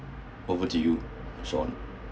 over to you shawn